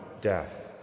death